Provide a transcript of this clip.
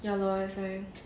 ya lor that's why